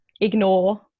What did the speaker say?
ignore